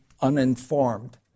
uninformed